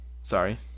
Sorry